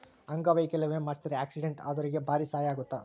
ಅಂಗವೈಕಲ್ಯ ವಿಮೆ ಮಾಡ್ಸಿದ್ರ ಆಕ್ಸಿಡೆಂಟ್ ಅದೊರ್ಗೆ ಬಾರಿ ಸಹಾಯ ಅಗುತ್ತ